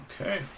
Okay